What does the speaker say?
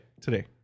today